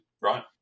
right